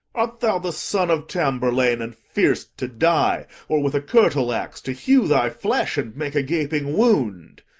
art thou the son of tamburlaine, and fear'st to die, or with a curtle-axe to hew thy flesh, and make a gaping wound?